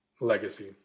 Legacy